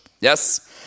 Yes